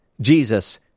Jesus